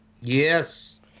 Yes